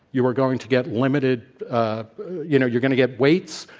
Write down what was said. you are going to get limited you know, you're going to get waits.